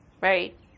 Right